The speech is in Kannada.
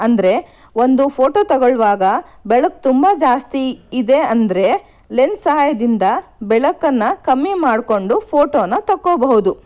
ಅಂದರೆ ಒಂದು ಫೋಟೋ ತೊಗೊಳ್ವಾಗ ಬೆಳಕು ತುಂಬ ಜಾಸ್ತಿ ಇದೆ ಅಂದರೆ ಲೆನ್ಸ್ ಸಹಾಯದಿಂದ ಬೆಳಕನ್ನು ಕಮ್ಮಿ ಮಾಡಿಕೊಂಡು ಫೋಟೋನ ತಕ್ಕೊಬಹುದು